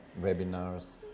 webinars